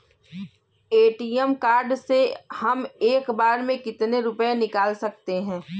ATM card से हम एक बार में कितने रुपये निकाल सकते हैं?